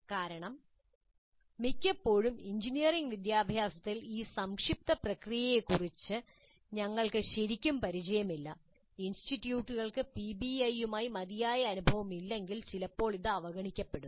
കാരണം മിക്കപ്പോഴും എഞ്ചിനീയറിംഗ് വിദ്യാഭ്യാസത്തിൽ ഈ സംക്ഷിപ്ത പ്രക്രിയയെക്കുറിച്ച് ഞങ്ങൾക്ക് ശരിക്കും പരിചയമില്ല ഇൻസ്റ്റിറ്റ്യൂട്ടുകൾക്ക് പിബിഐയുമായി മതിയായ അനുഭവം ഇല്ലെങ്കിൽ ചിലപ്പോൾ അത് അവഗണിക്കപ്പെടും